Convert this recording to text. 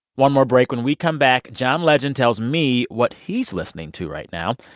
one more break. when we come back, john legend tells me what he's listening to right now.